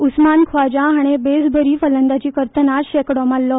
उस्मान ख्वाजा हाणे बेसबरी फलंदाजी करतना शेंकडो मारलो